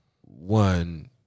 one